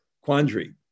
quandary